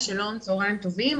צהרים טובים,